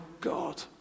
God